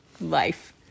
life